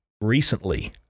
Recently